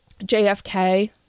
JFK